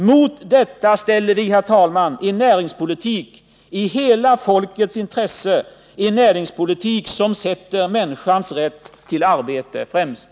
Mot detta ställer vi, herr talman, en näringspolitik i hela folkets intresse, en näringspolitik som sätter människans rätt till arbete främst.